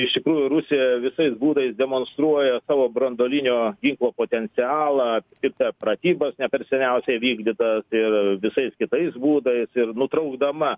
iš tikrųjų rusija visais būdais demonstruoja savo branduolinio ginklo potencialą ir per pratybas ne per seniausiai vykdytas ir visais kitais būdais ir nutraukdama